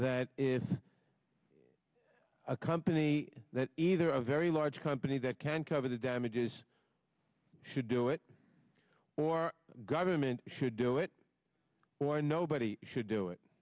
that it's a company that either a very large company that can cover the damages should do it or government should do it or nobody should do it